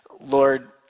Lord